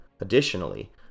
Additionally